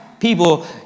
People